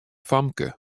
famke